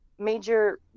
Major